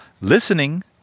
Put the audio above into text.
Listening